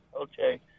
okay